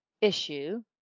issue